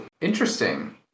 interesting